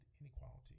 inequality